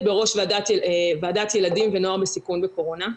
בראש ועדת ילדים ונוער בסיכון בקורונה.